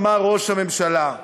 אמר ראש הממשלה,